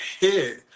hit